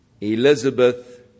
Elizabeth